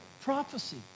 prophecy